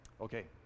okay